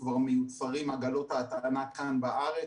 כבר מיוצרים עגלות הטענה כאן בארץ.